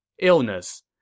illness